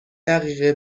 دقیقه